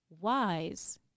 wise